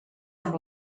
amb